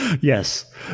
Yes